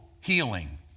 healing